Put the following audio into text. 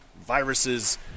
viruses